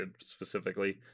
specifically